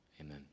Amen